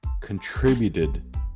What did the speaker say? contributed